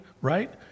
right